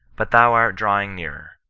but thou art drawing nearer.